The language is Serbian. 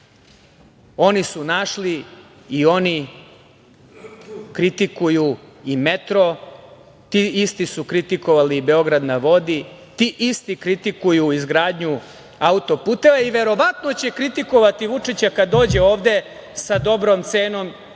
oni su našli i oni kritikuju i metro. Ti isti su kritikovali i „Beograd na vodi“. Ti isti kritikuju i izgradnju autoputeva i verovatno će kritikovati Vučića kada dođe ovde sa dobrom cenom